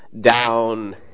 down